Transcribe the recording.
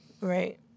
Right